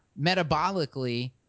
metabolically